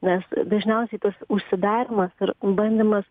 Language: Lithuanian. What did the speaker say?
nes dažniausiai tas užsidarymas ir bandymas